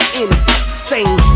insane